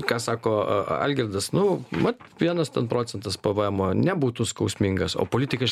ką sako algirdas nu mat vienas ten procentas pavaemo nebūtų skausmingas o politikai